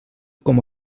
com